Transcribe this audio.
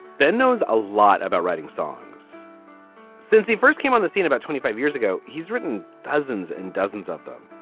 ben knows a lot about writing songs since he first came on the scene about twenty five years ago. he's written dozens and dozens of them.